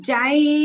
Jai